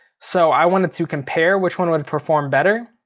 so i wanted to compare which one would perform better.